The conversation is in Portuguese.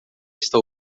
está